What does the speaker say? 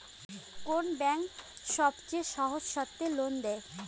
কোন ব্যাংক সবচেয়ে সহজ শর্তে লোন দেয়?